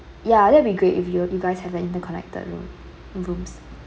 yeah that'll be great if you you guys have an interconnected room rooms